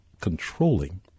controlling